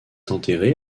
enterré